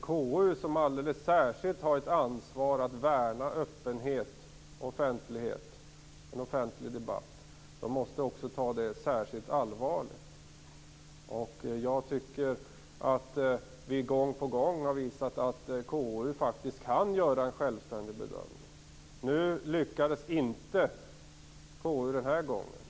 KU, som har ett alldeles särskilt ansvar att värna öppenhet, offentlighet och en offentlig debatt, måste också ta det särskilt allvarligt. Jag tycker att vi gång på gång har visat att KU faktiskt kan göra en självständig bedömning. Nu lyckades KU inte den här gången.